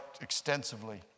extensively